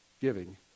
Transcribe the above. giving